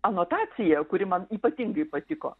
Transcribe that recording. anotacija kuri man ypatingai patiko